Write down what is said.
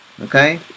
Okay